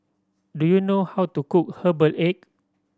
do you know how to cook herbal egg